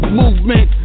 movement